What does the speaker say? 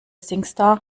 singstar